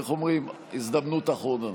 איך אומרים, הזדמנות אחרונה.